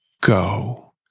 go